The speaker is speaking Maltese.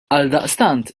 għaldaqstant